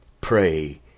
pray